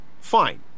Fine